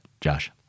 Josh